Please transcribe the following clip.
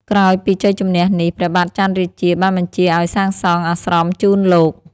ក្រោយពីជ័យជម្នះនេះ ព្រះបាទច័ន្ទរាជាបានបញ្ជាឱ្យសាងសង់អាស្រមជូនលោក។